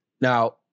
Now